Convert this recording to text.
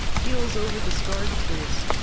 heals over the scarred place,